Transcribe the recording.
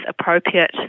appropriate